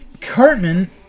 Cartman